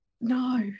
no